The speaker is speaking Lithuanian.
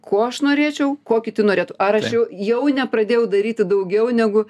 ko aš norėčiau ko kiti norėtų ar aš jau jau nepradėjau daryti daugiau negu